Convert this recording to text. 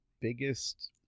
biggest